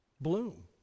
bloom